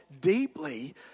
deeply